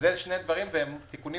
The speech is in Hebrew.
אלה שני תיקונים מורכבים,